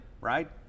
right